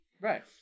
Right